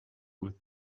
with